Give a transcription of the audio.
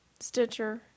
Stitcher